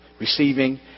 receiving